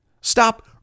Stop